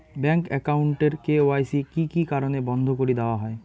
Bank account এর KYC কি কি কারণে বন্ধ করি দেওয়া হয়?